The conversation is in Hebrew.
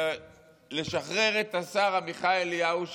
זה כדי לשחרר את השר עמיחי אליהו,